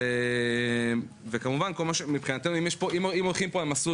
אם הולכים פה כמובן,